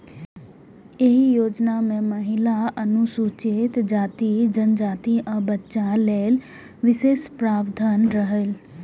एहि योजना मे महिला, अनुसूचित जाति, जनजाति, आ बच्चा लेल विशेष प्रावधान रहै